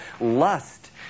lust